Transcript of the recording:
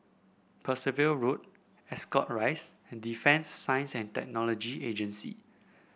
Percival Road Ascot Rise and Defence Science and Technology Agency